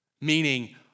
meaning